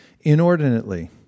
inordinately